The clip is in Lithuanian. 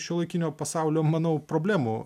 šiuolaikinio pasaulio manau problemų